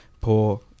poor